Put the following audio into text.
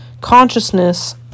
consciousness